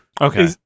Okay